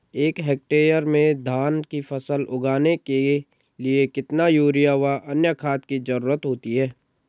एक हेक्टेयर में धान की फसल उगाने के लिए कितना यूरिया व अन्य खाद की जरूरत होती है?